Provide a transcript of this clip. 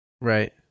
Right